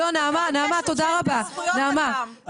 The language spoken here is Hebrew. נעמה, תודה רבה.